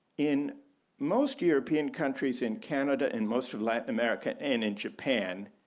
in most european countries in canada and most of latin america and in japan,